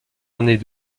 ornés